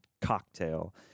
cocktail